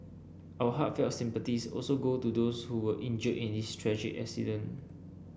our heartfelt sympathies also go to those who were injured in this tragic accident